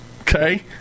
okay